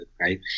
right